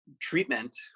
treatment